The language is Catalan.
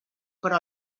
però